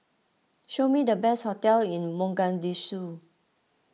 show me the best hotels in Mogadishu